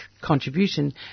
contribution